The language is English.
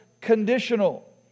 conditional